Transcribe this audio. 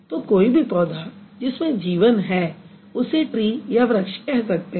तो कोई भी पौधा जिसमें जीवन है उसे ट्री या वृक्ष कह सकते हैं